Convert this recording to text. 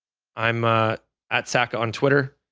i'm ah at sacca on twitter,